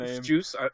Juice